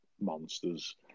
monsters